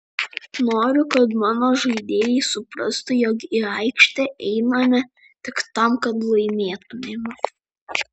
noriu kad mano žaidėjai suprastų jog į aikštę einame tik tam kad laimėtumėm